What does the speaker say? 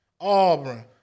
Auburn